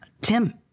Tim